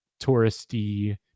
touristy